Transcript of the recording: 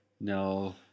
No